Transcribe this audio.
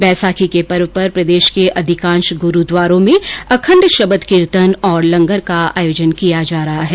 बैसाखी के पर्व पर प्रदेश के अधिकांश गुरूद्वारों में अखण्ड शब्द कीर्तन और लंगर का आयोजन किया जा रहा है